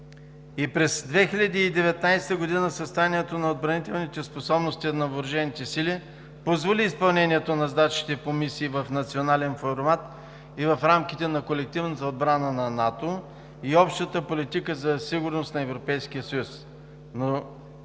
И през 2019 г. състоянието на отбранителните способности на въоръжените сили позволи изпълнението на задачите по мисии в национален формат и в рамките на колективната отбрана на НАТО, и общата политика за сигурност на Европейския съюз,